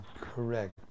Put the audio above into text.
Correct